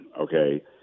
okay